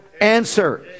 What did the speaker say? answer